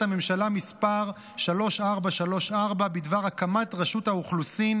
הממשלה 3434 בדבר הקמת רשות האוכלוסין,